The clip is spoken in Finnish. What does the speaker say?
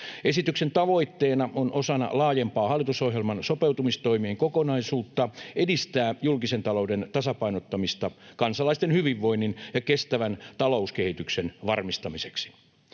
Esityksen tavoitteena on osana laajempaa hallitusohjelman sopeutustoimien kokonaisuutta edistää julkisen talouden tasapainottamista kansalaisten hyvinvoinnin ja kestävän talouskehityksen varmistamiseksi.